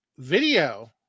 video